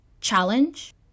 Challenge